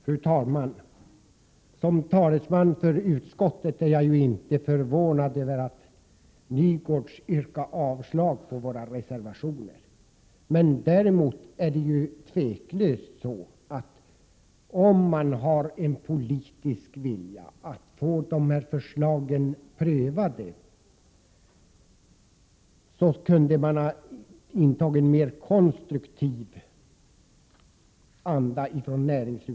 Fru talman! Jag är inte förvånad över att Sven-Åke Nygårds som utskottsmajoritetens talesman yrkar avslag på våra reservationer. Men hade man från utskottets sida haft en politisk vilja att pröva våra förslag hade man kunnat inta en mer konstruktiv hållning.